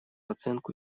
оценку